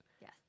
Yes